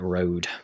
Road